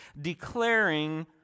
declaring